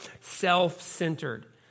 self-centered